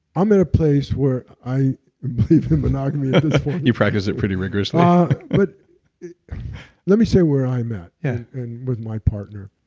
i'm in a place where i believe in monogamy at this point you practice it pretty vigorously? ah but let me say where i'm at yeah and with my partner.